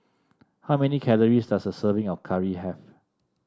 how many calories does a serving of curry have